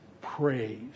praise